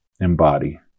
embody